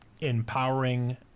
empowering